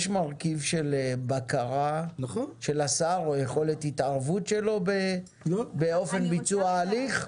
האם יש מרכיב של בקרה של השר או יכולת התערבות שלו באופן ביצוע ההליך?